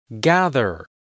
Gather